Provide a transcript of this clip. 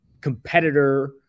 competitor